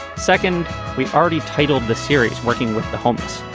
second we already titled the series working with the homeless.